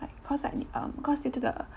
like cause like um cause due to the